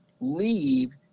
leave